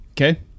Okay